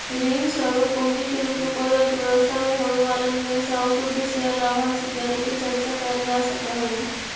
ऋण स्वरूप पूंजी के रूप में कोई अर्थव्यवस्था में होवे वाला निवेश आउ शुद्ध शेयर लाभांश इत्यादि के चर्चा कैल जा सकऽ हई